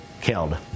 killed